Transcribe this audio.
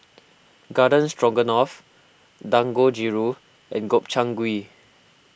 Garden Stroganoff Dangojiru and Gobchang Gui